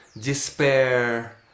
despair